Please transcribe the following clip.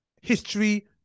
history